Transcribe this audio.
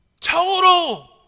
Total